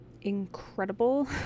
incredible